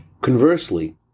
Conversely